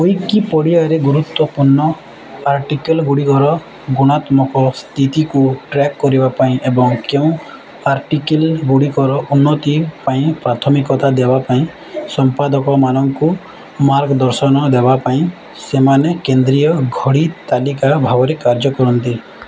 ଉଇକିପଡ଼ିଆରେ ଗୁରୁତ୍ୱପୂର୍ଣ୍ଣ ଆର୍ଟିକଲ୍ ଗୁଡ଼ିକର ଗୁଣାତ୍ମକ ସ୍ଥିତିକୁ ଟ୍ରାକ୍ କରିବା ପାଇଁ ଏବଂ କେଉଁ ଆର୍ଟିକଲ୍ ଗୁଡ଼ିକର ଉନ୍ନତି ପାଇଁ ପ୍ରାଥମିକତା ଦେବା ପାଇଁ ସଂପାଦକ ମାନଙ୍କୁ ମାର୍ଗ ଦର୍ଶନ ଦେବା ପାଇଁ ସେମାନେ କେନ୍ଦ୍ରୀୟ ଘଡ଼ି ତାଲିକା ଭାବରେ କାର୍ଯ୍ୟ କରନ୍ତି